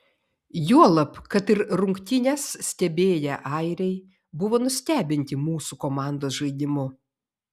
juolab kad ir rungtynes stebėję airiai buvo nustebinti mūsų komandos žaidimu